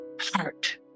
heart